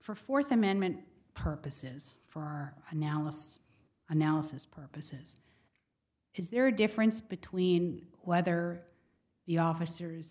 for fourth amendment purposes for analysis analysis purposes is there a difference between whether the officers